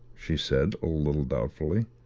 she said a little doubtfully.